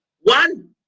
One